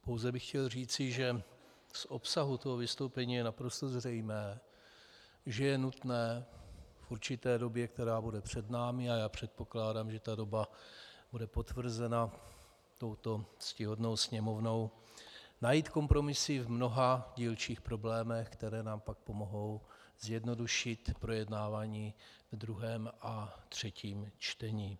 Pouze bych chtěl říci, že z obsahu toho vystoupení je naprosto zřejmé, že je nutné v určité době, která bude před námi, a já předpokládám, že ta doba bude potvrzena touto ctihodnou Sněmovnou, najít kompromisy v mnoha dílčích problémech, které nám pak pomohou zjednodušit projednávání v druhém a třetím čtení.